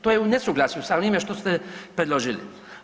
To je u nesuglasju sa onime što ste predložili.